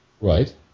Right